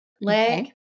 leg